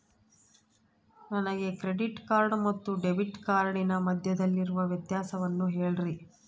ನನಗೆ credit card ಮತ್ತು debit ಕಾರ್ಡಿನ ಮಧ್ಯದಲ್ಲಿರುವ ವ್ಯತ್ಯಾಸವನ್ನು ಹೇಳ್ರಿ?